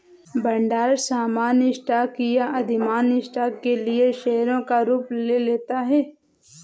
भंडार सामान्य स्टॉक या अधिमान्य स्टॉक के लिए शेयरों का रूप ले लेता है